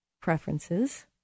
preferences